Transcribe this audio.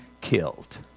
killed